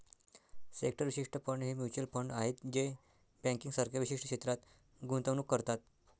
sector विशिष्ट fund हे mutual fund आहेत जे बँकिंग सारख्या विशिष्ट क्षेत्रात गुंतवणूक करतात